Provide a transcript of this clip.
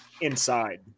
inside